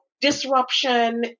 disruption